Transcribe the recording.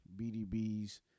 BDBs